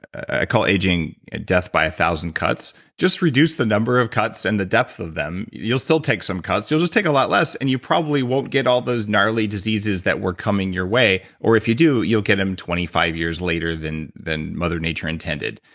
i call aging death by thousand cuts. just reduce the number of cuts and the depth of them, you'll still take some cuts, you'll just take a lot less and you probably won't get all those gnarly diseases that were coming your way or if you do you'll get them twenty five years later than than mother nature intended.